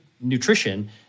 nutrition